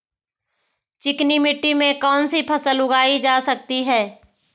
चिकनी मिट्टी में कौन सी फसल उगाई जा सकती है?